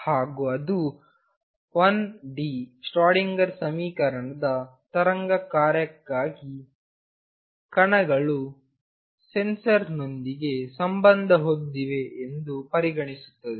ಹಾಗೂ ಅದು 1 D Schrodinger ಸಮೀಕರಣದ ತರಂಗ ಕಾರ್ಯಕ್ಕಾಗಿ ಕಣಗಳು ಸೆನ್ಸಾರ್ ನೊಂದಿಗೆ ಸಂಬಂಧ ಹೊಂದಿವೆ ಎಂದು ಪರಿಗಣಿಸುತ್ತದೆ